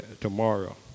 tomorrow